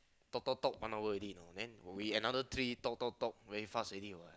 talk talk talk one hour already you know then we another talk talk talk very fast already what